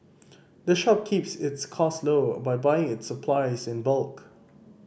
the shop keeps its cost low by buying its supplies in bulk